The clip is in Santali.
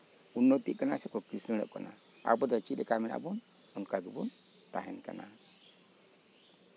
ᱩᱱᱱᱚᱛᱤᱜ ᱠᱟᱱᱟ ᱥᱮᱠᱚ ᱠᱤᱥᱟᱹᱬᱚᱜ ᱠᱟᱱᱟ ᱟᱵᱚ ᱫᱚ ᱪᱮᱫᱞᱮᱠᱟ ᱢᱮᱱᱟᱜ ᱵᱚᱱᱟ ᱚᱱᱠᱟ ᱜᱮᱵᱚᱱ ᱛᱟᱦᱮᱱᱟ